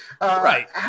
Right